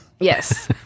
yes